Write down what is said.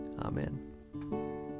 Amen